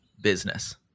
business